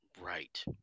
Right